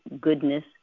goodness